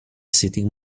sitting